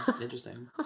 Interesting